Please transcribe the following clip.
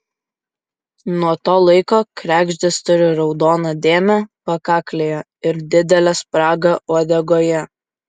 nuo to laiko kregždės turi raudoną dėmę pakaklėje ir didelę spragą uodegoje